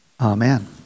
Amen